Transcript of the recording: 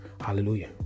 Hallelujah